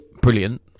brilliant